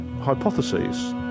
hypotheses